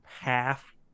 half